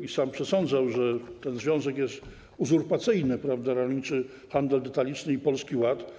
i sam przesądzał, że ten związek jest uzurpacyjny, chodzi o rolniczy handel detaliczny i Polski Ład.